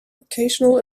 occasional